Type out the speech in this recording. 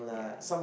yeah